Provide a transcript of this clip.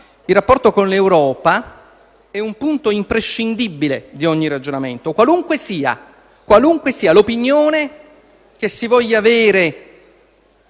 Il rapporto con l'Europa è un punto imprescindibile di ogni ragionamento, qualunque sia l'opinione che si voglia avere,